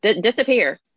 disappear